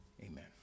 Amen